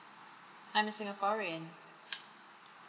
I'm a singaporean